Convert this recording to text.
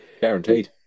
Guaranteed